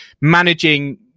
managing